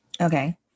Okay